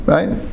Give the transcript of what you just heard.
Right